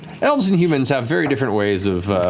elves and humans have very different ways of,